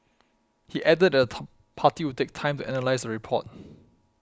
he added that top party would take time to analyse the report